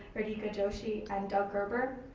grady kadoshi and doug gerber.